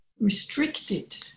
restricted